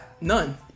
none